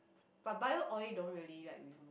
but bio oil don't really like remove